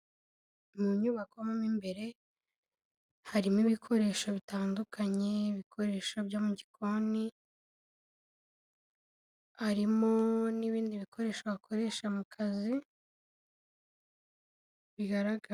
Mu nyubako mo imbere harimo ibikoresho bitandukanye n'ibikoresho byo mu gikoni harimo n'ibindi bikoresho bakoresha mu kazi bigaragara.